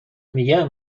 میگم